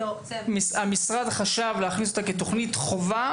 המשרד חשב להכניס אותה כתכנית חובה,